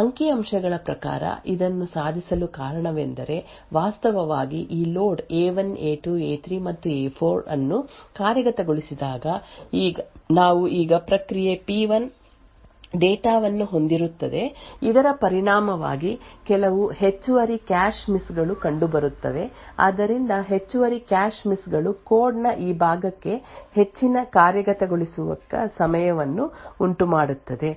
ಅಂಕಿಅಂಶಗಳ ಪ್ರಕಾರ ಇದನ್ನು ಸಾಧಿಸಲು ಕಾರಣವೆಂದರೆ ವಾಸ್ತವವಾಗಿ ಈ ಲೋಡ್ ಎ1 ಎ2 ಎ3 ಮತ್ತು ಎ4 ಅನ್ನು ಕಾರ್ಯಗತಗೊಳಿಸಿದಾಗ ನಾವು ಈಗ ಪ್ರಕ್ರಿಯೆ ಪಿ ಡೇಟಾ ವನ್ನು ಹೊಂದಿರುತ್ತದೆ ಇದರ ಪರಿಣಾಮವಾಗಿ ಕೆಲವು ಹೆಚ್ಚುವರಿ ಕ್ಯಾಶ್ ಮಿಸ್ ಗಳು ಕಂಡುಬರುತ್ತವೆ ಆದ್ದರಿಂದ ಹೆಚ್ಚುವರಿ ಕ್ಯಾಶ್ ಮಿಸ್ ಗಳು ಕೋಡ್ ನ ಈ ಭಾಗಕ್ಕೆ ಹೆಚ್ಚಿನ ಕಾರ್ಯಗತಗೊಳಿಸುವ ಸಮಯವನ್ನು ಉಂಟುಮಾಡುತ್ತದೆ